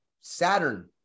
Saturn